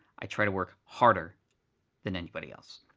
i try to work harder than anybody else.